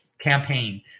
campaign